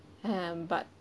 um but